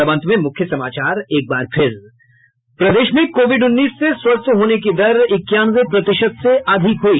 और अब अंत में मूख्य समाचार एक बार फिर प्रदेश में कोविड उन्नीस से स्वस्थ होने की दर इक्यानवे प्रतिशत से अधिक हुई